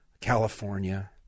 California